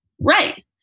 Right